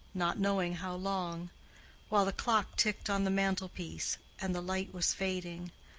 not knowing how long while the clock ticked on the mantelpiece, and the light was fading,